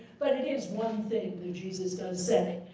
but it is one thing that jesus does say.